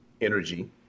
energy